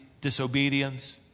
disobedience